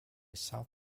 south